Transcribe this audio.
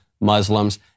Muslims